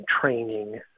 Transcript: training